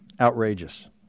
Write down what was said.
Outrageous